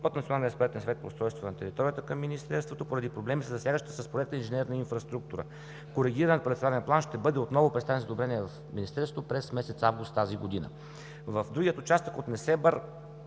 от Националния експертен съвет по устройство на територията към Министерството, поради проблеми, засягащи с проекта инженерна инфраструктура. Коригиран парцеларен план ще бъде отново представен за одобрение в Министерството през месец август тази година. В другия участък от Несебър